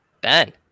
Ben